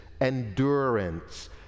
endurance